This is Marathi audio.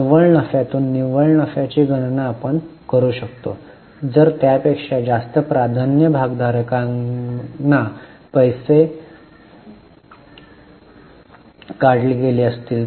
निव्वळ नफ्यातून निव्वळ नफ्याची गणना आपण करू शकतो जर त्यापेक्षा जास्त प्राधान्य भागधारकांना पैसे काढले गेले असतील तर